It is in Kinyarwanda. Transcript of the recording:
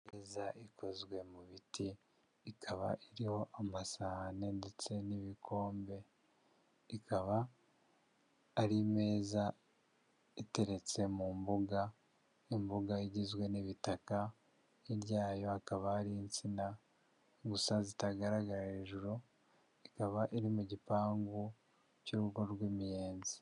Imeza ikozwe mu biti ikaba iriho amasahani ndetse n'ibikombe ikaba ari imeza iteretse mu mbuga, imbuga igizwe n'ibitaka hirya yayo hakaba hari insina gusa zitagaragara hejuru ikaba iri mu gipangu cy'urugo rw'imiyenzi.